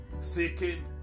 Seeking